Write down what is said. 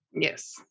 Yes